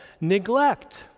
Neglect